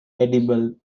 edible